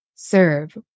Serve